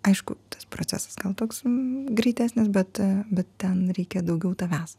aišku tas procesas gal toks greitesnis bet bet ten reikia daugiau tavęs